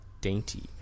Dainty